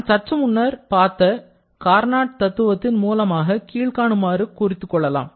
நான் சற்று முன்னர் பார்த்த கார்னாட் தத்துவத்தின் மூலமாக கீழ்காணுமாறு நாம் குறித்துக் கொள்ளலாம்